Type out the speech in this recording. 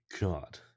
god